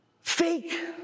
fake